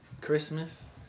Christmas